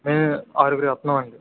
మేము ఆరుగురు వస్తునాం అండి